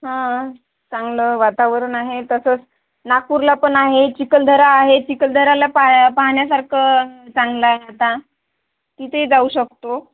हां चांगलं वातावरण आहे तसंच नागपूरला पण आहे चिखलदरा आहे चिखलदराला पाया पाहण्यासारखं चांगलं आहे आता तिथेही जाऊ शकतो